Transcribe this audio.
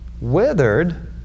withered